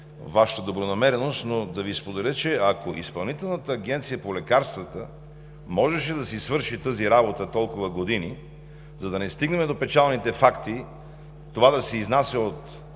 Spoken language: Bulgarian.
Вашата добронамереност, но да споделя, че ако Изпълнителната агенция по лекарствата можеше да си свърши тази работа толкова години, за да не стигнем до печалните факти това да се изнася от